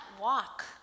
walk